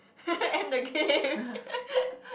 end the game